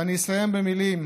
ואני אסיים במילים